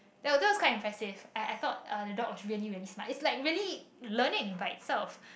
that that was quite impressive I I thought uh the dog was really really smart it's like really learning by itself